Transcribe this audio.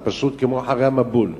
זה פשוט כמו אחרי המבול.